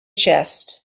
chest